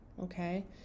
okay